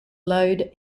load